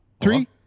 Three